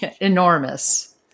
enormous